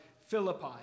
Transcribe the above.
Philippi